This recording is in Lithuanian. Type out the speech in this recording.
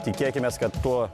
tikėkimės kad tuo